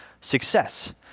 success